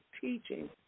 teaching